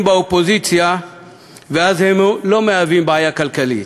באופוזיציה ואז הם לא מהווים בעיה כלכלית?